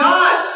God